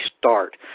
start